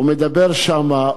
הוא מדבר שם,